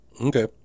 Okay